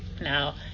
Now